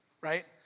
Right